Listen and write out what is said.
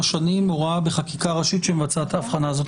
שנים הוראה בחקיקה ראשית שמצאה את ההבחנה הזאת.